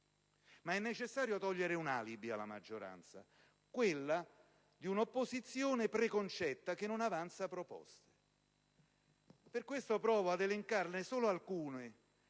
È necessario togliere un alibi alla maggioranza: quello di un'opposizione preconcetta che non avanza proposte. Per questo, provo ad elencarne solo alcune,